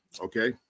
Okay